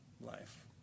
life